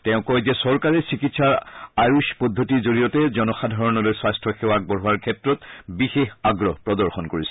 তেওঁ কয় যে চৰকাৰে চিকিৎসাৰ আয়ুষ পদ্ধতিৰ জৰিয়তে জনসাধাৰণলৈ স্বাস্থ্য সেৱা আগবঢ়োৱাৰ ক্ষেত্ৰত বিশেষ আগ্ৰহ প্ৰদৰ্শন কৰিছে